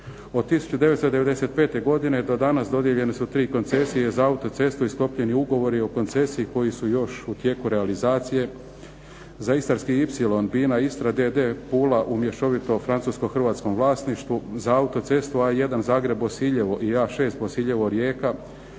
Od 1995. godine do danas dodijeljene su tri koncesije za autocestu i sklopljeni ugovori o koncesiji koji su još u tijeku realizacije. Za istarski ipsilon Bina Istra d.d. Pula u mješovito francusko-hrvatskom vlasništvu za autocestu A1 Zagreb – Bosiljevo i A6 Bosiljevo – Rijeka